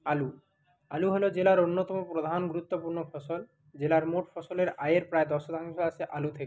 আলু আলু হলো জেলার অন্যতম প্রধান গুরুত্বপূর্ণ ফসল জেলার মোট ফসলের আয়ের প্রায় দশ শতাংশ আসে আলু থেকে